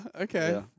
okay